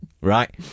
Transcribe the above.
right